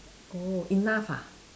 oh enough ah